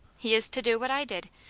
he is to do what i did.